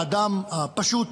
האדם הפשוט,